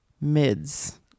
mids